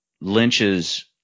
Lynch's